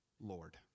Lord